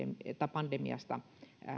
pandemiasta